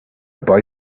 boy